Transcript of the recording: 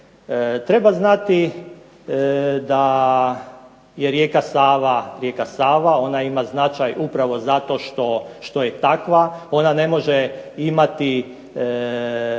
Treba znati da je rijeka Sava ona ima značaj upravo zato što je takva, ona ne može imati